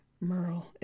merle